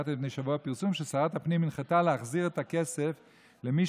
קראתי לפני שבוע פרסום ששרת הפנים הנחתה להחזיר את הכסף למי